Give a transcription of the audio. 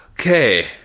Okay